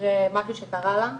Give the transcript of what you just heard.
אחרי משהו שקרה לה,